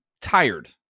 tired